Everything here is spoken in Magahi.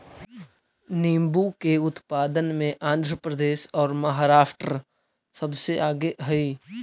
नींबू के उत्पादन में आंध्र प्रदेश और महाराष्ट्र सबसे आगे हई